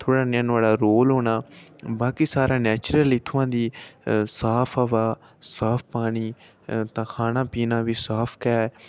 थोह्ड़ा नेहा न्हाड़ा रोल होना बाकी सारा नैचरुली इत्थुआं दी साफ हवाऽ साफ पानी तां खाना पीना बी साफ गै